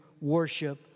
worship